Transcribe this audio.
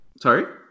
Sorry